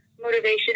motivation